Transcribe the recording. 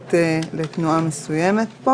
מובהקת לתנועה מסוימת.